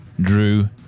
Drew